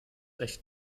echt